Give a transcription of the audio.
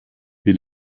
wir